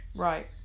Right